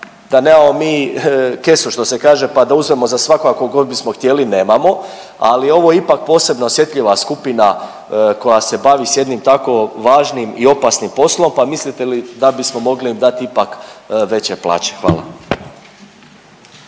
da nemamo mi kesu, što se kaže, pa da uzmemo za svakoga tko god bismo htjeli, nemamo, ali ovo je ipak posebno osjetljiva skupina, koja se bavi s jednim tako važnim i opasnim poslom pa mislite li da bismo mogli im dati ipak veće plaće? Hvala.